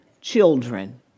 children